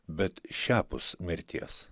bet šiapus mirties